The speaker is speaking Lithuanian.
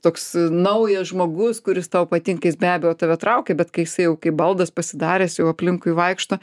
toks naujas žmogus kuris tau patinka jis be abejo tave traukia bet kai jisai jau kaip baldas pasidaręs jau aplinkui vaikšto